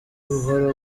buhoro